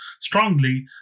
strongly